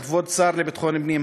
כבוד השר לביטחון הפנים,